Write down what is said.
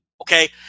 Okay